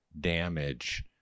damage